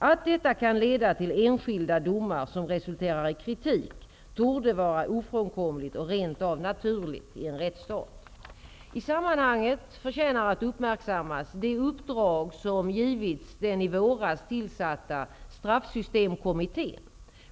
Att detta kan leda till enskilda domar som resulterar i kritik torde vara ofrånkomligt och rent av naturligt i en rättsstat. I sammanhanget förtjänar att uppmärksammas det uppdrag som givits den i våras tillsatta straffsystemkommittén.